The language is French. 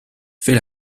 fait